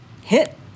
hit